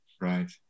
right